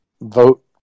vote